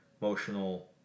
Emotional